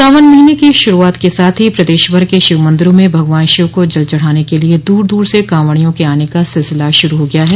सावन महीने के शुरूआत के साथ ही प्रदेश भर के शिव मंदिरों में भगवान शिव को जल चढ़ाने के लिए दूर दूर से कावंड़ियों के आने का सिलसिला शुरू हो गया है